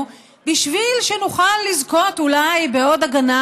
בשביל שנוכל לזכות אולי בעוד הגנה,